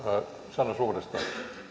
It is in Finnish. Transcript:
sanos uudestaan